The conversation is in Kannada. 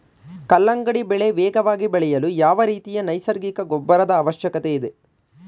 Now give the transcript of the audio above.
ಕಲ್ಲಂಗಡಿ ಬೆಳೆ ವೇಗವಾಗಿ ಬೆಳೆಯಲು ಯಾವ ರೀತಿಯ ನೈಸರ್ಗಿಕ ಗೊಬ್ಬರದ ಅವಶ್ಯಕತೆ ಇದೆ?